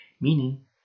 Meaning